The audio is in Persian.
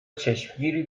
چشمگیری